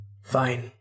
Fine